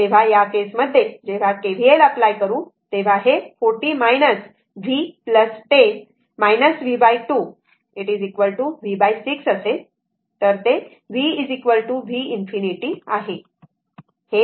तर या केस मध्ये जेव्हा KVL अप्लाय करू तेव्हा हे 40 v 10 v2 v6 असेल तर ते v v ∞ आहे बरोबर